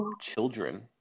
children